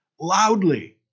loudly